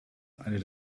eine